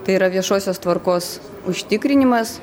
tai yra viešosios tvarkos užtikrinimas